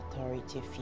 authority